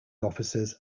officers